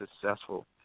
successful